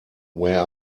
where